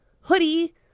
hoodie